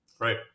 Right